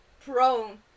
prone